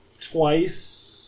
twice